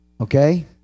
Okay